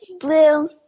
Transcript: blue